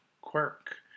Quirk